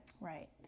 Right